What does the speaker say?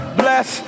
bless